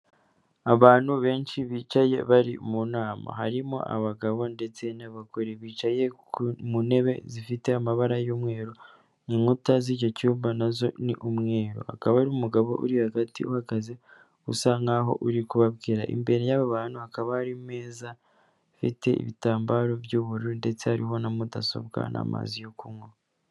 Abantu benshi bicaye bari mu nama harimo abagabo ndetse n'abagore, bicaye mu ntebe zifite amabara y'umweru, inkuta z'icyo cyumba nazo ni umweru, hakaba hari umugabo uri hagati uhagaze usa nkaho uri kubabwira. Imbere y'abo bantu hakaba hari ameza afite ibitambaro by'ubururu ndetse hariho na mudasobwa n'amazi yo kunywa.